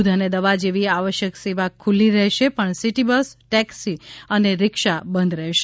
દૂધ અને દવા જેવી આવશ્યક સેવા ખુલ્લી રહેશે પણ સિટી બસ ટૅક્સી અને રિક્ષા બંધ રહેશે